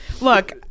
look